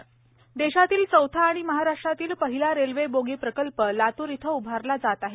पहिला coach shell देशातील चौथा आणि महाराष्ट्रातील पहिला रेल्वे बोगी प्रकल्प लात्र इथे उभारला जात आहे